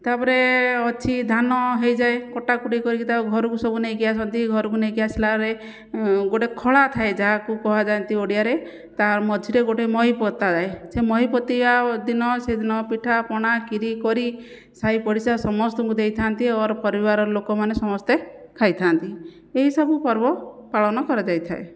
ତାପରେ ଅଛି ଧାନ ହେଇଯାଏ କଟାକୁଟୀ କରିକି ତାକୁ ଘରକୁ ସବୁ ନେଇକି ଆସନ୍ତି ଘରକୁ ନେଇକି ଆସିଲାବେଳେ ଗୋଟେ ଖଳାଥାଏ ଯାହାକୁ କୁହାଯାଆନ୍ତି ଓଡ଼ିଆରେ ତା' ମଝିରେ ଗୋଟେ ମଇ ପୋତାଯାଏ ସେହି ମଇ ପୋତିବା ଦିନ ସେଦିନ ପିଠା ପଣା ଖିରି କରି ସାହିପଡ଼ିଶା ସମସ୍ତଙ୍କୁ ଦେଇଥାନ୍ତି ଅର ପରିବାରର ଲୋକମାନେ ସମସ୍ତେ ଖାଇଥାନ୍ତି ଏହି ସବୁ ପର୍ବ ପାଳନ କରାଯାଇଥାଏ